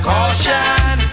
Caution